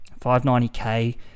590k